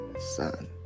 son